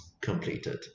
completed